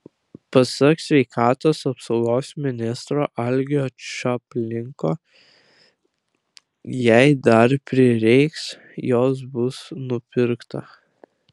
pasak sveikatos apsaugos ministro algio čapliko jei dar prireiks jos bus nupirkta